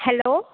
hello